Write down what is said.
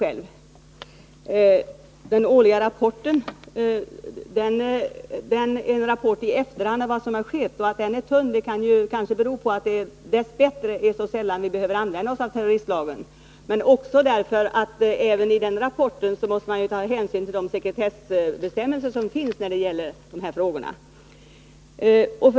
Den årliga rapporten är en rapport i efterhand över vad som skett, och att den är tunn kan kanske bero på att det dess bättre är så sällan vi behöver tillämpa terroristlagen men också på att man även i den rapporten måste ta hänsyn till de sekretessbestämmelser som finns när det gäller sådana här frågor.